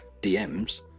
DMs